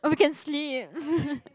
oh we can sleep